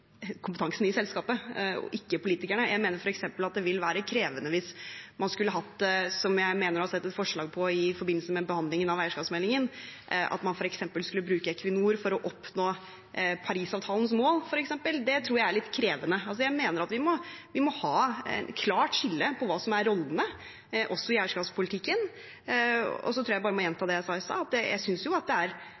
kompetansen i selskapet og ikke politikerne. Jeg mener f.eks. det ville være krevende hvis man skulle bruke Equinor for å oppnå Parisavtalens mål, noe jeg mener å ha sett et forslag om i forbindelse med behandlingen av eierskapsmeldingen. Det tror jeg er litt krevende. Jeg mener at vi må ha et klart skille mellom rollene også i eierskapspolitikken, og tror jeg bare må gjenta det jeg sa i stad: Når selskapet selv gjør vurderingen at det er